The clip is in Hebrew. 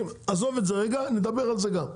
עזוב את זה רגע, נדבר על זה גם.